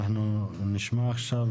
אנחנו נשמע עכשיו